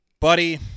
Buddy